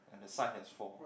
and the side has four